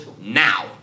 now